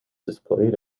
displayed